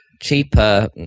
cheaper